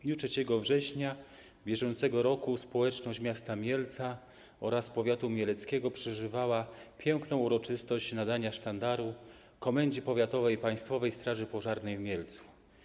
W dniu 3 września br. społeczność miasta Mielca oraz powiatu mieleckiego przeżywała piękną uroczystość nadania sztandaru Komendzie Powiatowej Państwowej Straży Pożarnej w Mielcu.